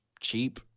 cheap